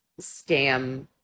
scam-